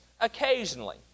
occasionally